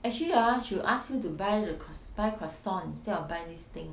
actually ah should ask you to buy the cros~ buy croissant instead of buy this thing